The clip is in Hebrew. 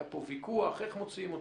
שהיה פה ויכוח איך מוצאים,